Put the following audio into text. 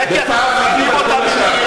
זה כי אתם מזהירים אותנו מאיראן,